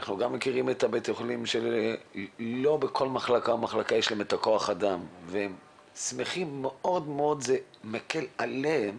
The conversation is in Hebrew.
לא בכל מחלקה יש את כוח האדם והם שמחים מאוד מאוד כי זה מקל עליהם